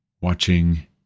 watching